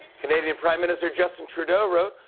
canadian prime minister justin trudeau wrote,